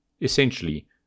Essentially